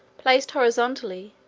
placed horizontally,